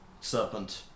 serpent